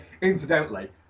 Incidentally